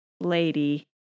lady